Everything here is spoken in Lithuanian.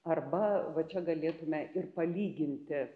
arba va čia galėtume ir palyginti